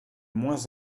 moins